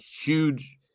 huge –